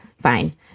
fine